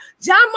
John